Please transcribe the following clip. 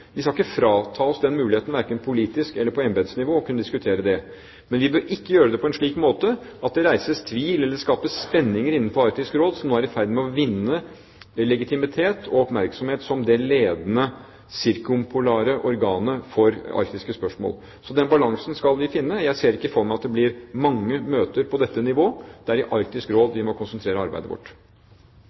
Vi skal ikke frata oss muligheten, verken politisk eller på embetsnivå, til å kunne diskutere det. Men vi bør ikke gjøre det på en slik måte at det reises tvil eller skapes spenninger innenfor Arktisk Råd, som nå er i ferd med å vinne legitimitet og oppmerksomhet som det ledende cirkumpolare organet for arktiske spørsmål. Så den balansen skal vi finne. Jeg ser ikke for meg at det blir mange møter på dette nivå, det er i Arktisk Råd vi må konsentrere arbeidet vårt.